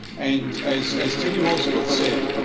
and as as teddy roosevelt said,